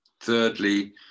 thirdly